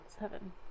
Seven